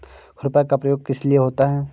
खुरपा का प्रयोग किस लिए होता है?